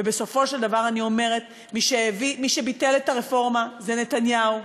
ובסופו של דבר אני אומרת: מי שביטל את הרפורמה זה נתניהו,